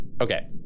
Okay